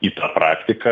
į tą praktiką